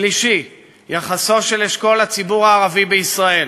השלישי, יחסו של אשכול לציבור הערבי בישראל: